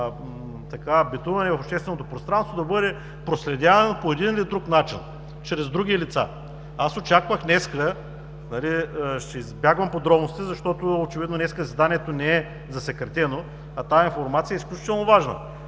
битуване в общественото пространство, да бъде проследявано по един или друг начин чрез други лица. Аз очаквах днес – ще избягвам подробности, защото очевидно днес заседанието не е засекретено, а тази информация е изключително важна.